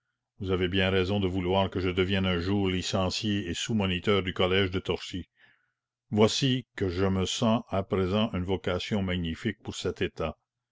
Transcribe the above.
vous avez bien raison de vouloir que je devienne un jour licencié et sous moniteur du collège de torchi voici que je me sens à présent une vocation magnifique pour cet état